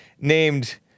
named